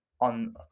on